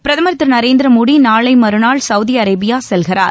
பிரதமர் திரு நரேந்திர மோடி நாளை மறுநாள் சவுதி அரேபியா செல்கிறார்